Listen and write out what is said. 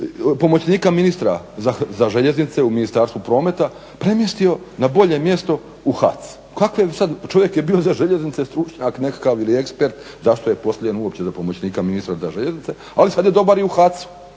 pomoćnika ministra za željeznice u Ministarstvu prometa premjestio na bolje mjesto u HAC, kakve sad, čovjek je bio za željeznice stručnjak nekakav ili ekspert, zašto je postavljen uopće za pomoćnika ministra te željeznice ali sad je dobar i u HAC-u